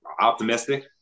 optimistic